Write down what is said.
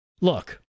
Look